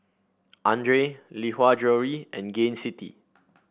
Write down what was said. Andre Lee Hwa Jewellery and Gain City